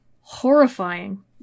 horrifying